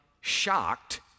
shocked